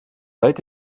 seit